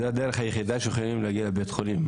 זו הדרך היחידה בה הם יכולים להגיע לבית חולים.